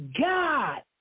God